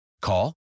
Call